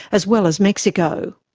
as well as mexico.